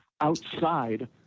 outside